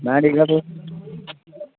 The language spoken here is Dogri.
में ठीक आं तुस